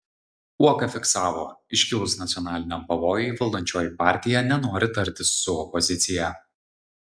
uoka fiksavo iškilus nacionaliniam pavojui valdančioji partija nenori tartis su opozicija